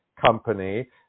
company